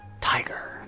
tiger